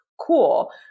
cool